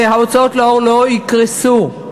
וההוצאות לאור לא יקרסו.